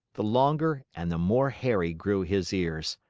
the longer and the more hairy grew his ears.